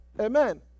Amen